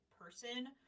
person